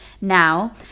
Now